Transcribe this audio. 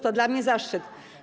To dla mnie zaszczyt.